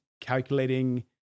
calculating